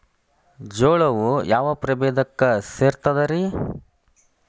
ಜೋಳವು ಯಾವ ಪ್ರಭೇದಕ್ಕ ಸೇರ್ತದ ರೇ?